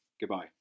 Goodbye